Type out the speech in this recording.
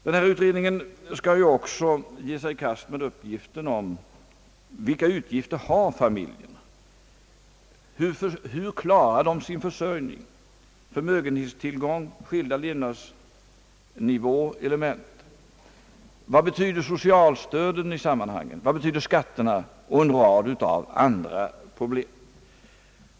Denna utredning skall ju också ge sig i kast med uppgiften om vilka utgifter familjen har, hur den klarar sin försörjning, förmögenhetstillgång och skilda levnadsnivåer. Den skall också undersöka vad socialunderstöden betyder i sammanhanget och vad skatterna betyder och en rad andra problem.